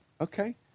Okay